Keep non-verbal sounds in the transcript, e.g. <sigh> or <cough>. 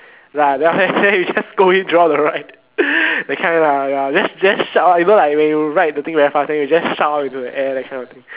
ya then after that we just scold him through out the ride <breath> that kind ya just shout you know when you ride the thing very fast and you just shout out into the air that kind of thing